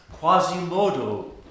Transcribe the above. Quasimodo